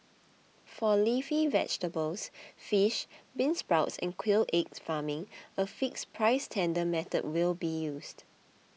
for leafy vegetables fish beansprouts and quail egg farming a fixed price tender method will be used